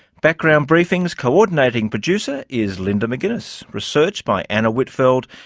background briefing's coordinating producer is linda mcginnis. research by anna whitfeld,